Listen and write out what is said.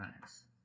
nice